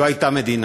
לא הייתה מדינה,